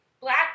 black